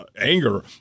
anger